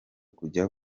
kujya